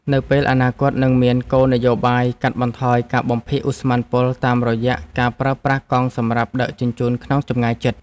នៅពេលអនាគតនឹងមានគោលនយោបាយកាត់បន្ថយការបំភាយឧស្ម័នពុលតាមរយៈការប្រើប្រាស់កង់សម្រាប់ដឹកជញ្ជូនក្នុងចម្ងាយជិត។